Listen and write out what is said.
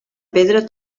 pedra